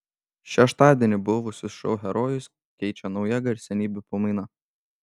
šeštadienį buvusius šou herojus keičia nauja garsenybių pamaina